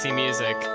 music